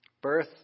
Birth